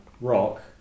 rock